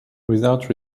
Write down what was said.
without